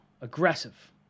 Aggressive